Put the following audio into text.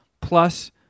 plus